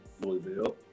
Louisville